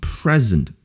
present